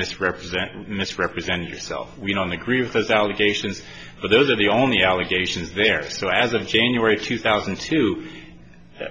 misrepresent misrepresented yourself we don't agree with those allegations but those are the only allegations there still as of january two thousand and two